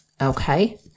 Okay